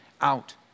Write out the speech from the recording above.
out